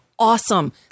awesome